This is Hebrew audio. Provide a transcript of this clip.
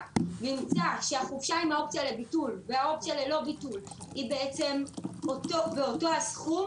וימצא שהחופשה עם האופציה עם ביטול והאופציה ללא ביטול היא באותו סכום,